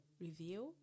review